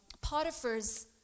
Potiphar's